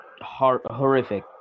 horrific